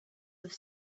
have